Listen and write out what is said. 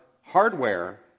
hardware